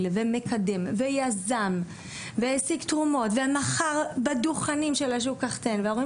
וקידם ויזם והשיג תרומות ומכר בדוכנים של השוק קח תן וההורים